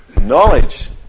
Knowledge